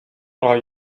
are